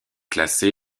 classée